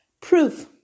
Proof